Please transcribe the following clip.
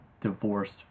divorced